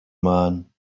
man